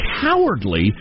cowardly